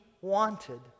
wanted